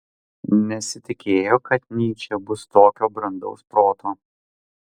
nesitikėjo kad nyčė bus tokio brandaus proto